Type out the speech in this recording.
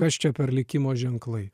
kas čia per likimo ženklai